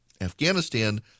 Afghanistan